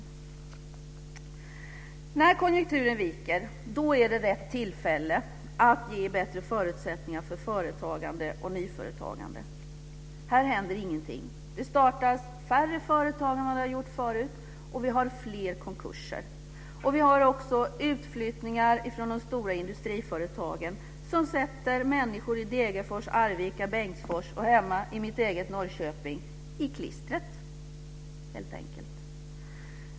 När konjunkturen viker är det rätt tillfälle att ge bättre förutsättningar för företagande och nyföretagande. Här händer det ingenting. Det startas färre företag än tidigare, och vi har fler konkurser. Vi har också utflyttningar från de stora industriföretagen som sätter människor i Degerfors, Arvika, Bengtsfors och hemma i mitt eget Norrköping i klistret helt enkelt.